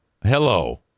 Hello